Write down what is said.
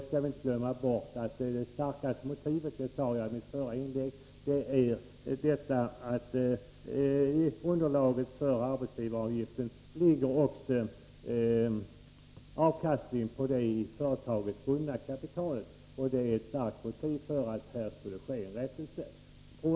skall vi inte glömma bort att det starkaste motivet härför är — och det sade jag också i mitt förra inlägg — att i underlaget för arbetsgivaravgiften ligger avkastningen på det i företaget bundna kapitalet. Det är ett starkt motiv för att här skulle ske en rättelse.